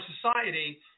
society